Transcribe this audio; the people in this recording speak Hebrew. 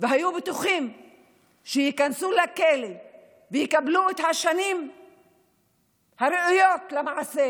והיו בטוחים שייכנסו לכלא ויקבלו את השנים הראויות למעשה,